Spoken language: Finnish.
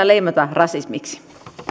leimata rasismiksi